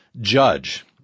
judge